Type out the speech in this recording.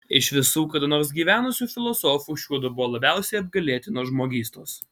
iš visų kada nors gyvenusių filosofų šiuodu buvo labiausiai apgailėtinos žmogystos